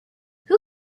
who